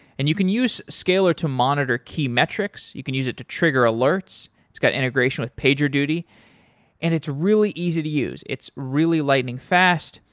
and you can use scalyr to monitor key metrics. you can use it to trigger alerts. it's got integration with pagerduty and it's really easy to use. it's really lightning fast,